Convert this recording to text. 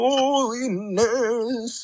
Holiness